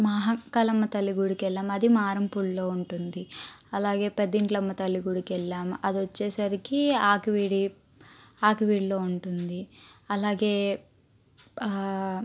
మహంకాళమ్మ తల్లి గుడికెళ్ళాం అది మరంపుడిలో ఉంటుంది అలాగే పెదీంట్లమ్మ తల్లి గుడికి వెళ్ళాము అది వచ్చేసరికి ఆకివీడి ఆకివీడిలో ఉంటుంది అలాగే